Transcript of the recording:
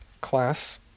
class